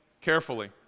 carefully